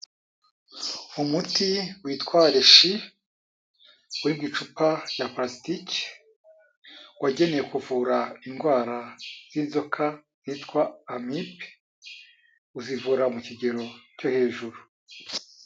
Umuti witwa Reishi uri mu icupa ya parasitike, wagenewe kuvura indwara z'inzoka yitwa amibe, uzivura mu kigero cyo hejuru.